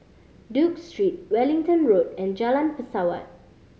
Duke Street Wellington Road and Jalan Pesawat